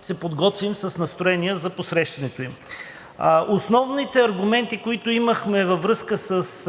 се подготвим с настроение за посрещането им. Основните аргументи, които имахме във връзка с